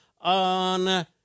on